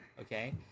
Okay